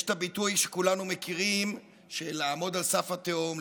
יש ביטוי שכולנו מכירים: לעמוד על סף התהום,